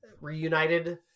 reunited